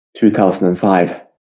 2005